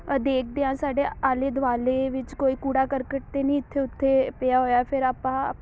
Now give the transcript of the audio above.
ਅ ਦੇਖਦੇ ਹਾਂ ਸਾਡੇ ਆਲੇ ਦੁਆਲੇ ਵਿੱਚ ਕੋਈ ਕੂੜਾ ਕਰਕਟ ਤਾਂ ਨਹੀਂ ਇੱਥੇ ਉੱਥੇ ਪਿਆ ਹੋਇਆ ਫਿਰ ਆਪਾਂ